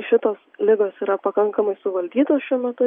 šitos ligos yra pakankamai suvaldytos šiuo metu